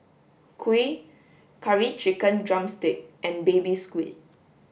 kuih curry chicken drumstick and baby squid